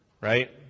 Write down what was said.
Right